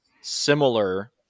similar